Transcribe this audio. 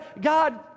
God